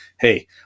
Hey